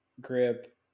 grip